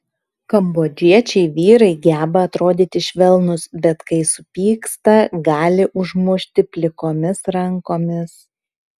kambodžiečiai vyrai geba atrodyti švelnūs bet kai supyksta gali užmušti plikomis rankomis